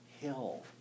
hill